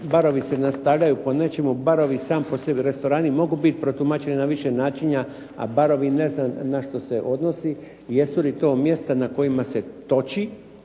barovi se nastavljaju po nečemu, barovi sami po sebi, restorani mogu biti protumačeni na više načina, a barovi ne znam na što se odnosi. Jesu li to mjesta na kojima se toči,